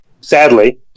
sadly